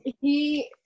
he-